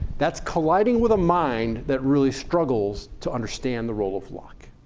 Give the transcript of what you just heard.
that's colliding with a mind that really struggles to understand the role of luck.